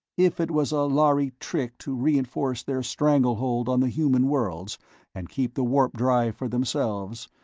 if it was a lhari trick to reinforce their stranglehold on the human worlds and keep the warp-drive for themselves,